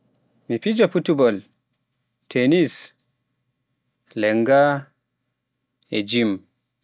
mi fija futball, tennis, lannga, e gym.